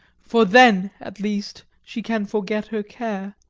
for then at least she can forget her care.